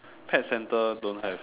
pet center don't have